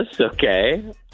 Okay